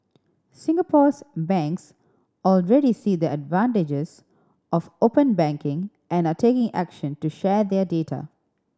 Singapore's banks already see the advantages of open banking and are taking action to share their data